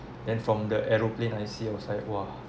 then from the aeroplane I see I was like !wah!